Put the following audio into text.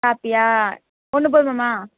காப்பியா ஒன்று போதுமாம்மா